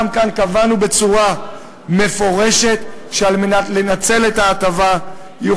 גם כאן קבעו בצורה מפורשת שכדי לנצל את ההטבה יהיו